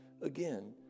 again